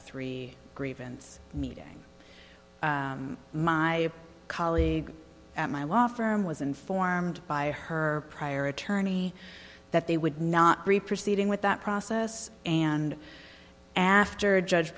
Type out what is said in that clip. three grievance meeting my colleague at my law firm was informed by her prior attorney that they would not be proceeding with that process and after judge